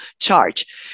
charge